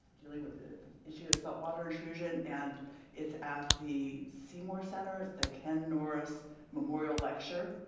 dealing with the issue of saltwater intrusion, and it's at the seymour center, it's the ken norris memorial lecture.